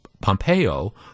Pompeo